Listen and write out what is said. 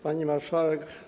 Pani Marszałek!